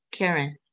Karen